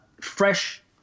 fresh